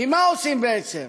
כי מה עושים בעצם?